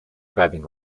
grabbing